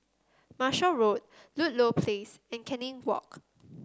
Marshall Road Ludlow Place and Canning Walk